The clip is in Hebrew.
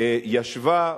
ישבה,